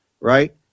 Right